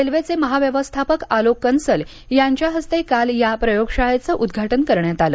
रेल्वेचे महाव्यवस्थापक आलोक कनसल यांच्या हस्ते काल या प्रयोगशालेचं उद्घाटन करण्यात आलं